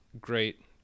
Great